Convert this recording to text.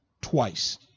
twice